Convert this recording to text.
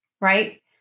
right